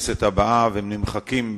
הנושא להצבעה, וההצבעה תתקיים בצורה